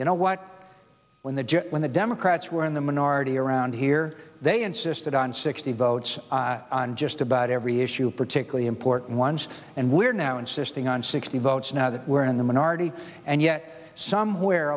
you know what when the judge when the democrats were in the minority around here they insisted on sixty votes on just about every issue particularly important ones and we're now insisting on sixty votes now that we're in the minority and yet somewhere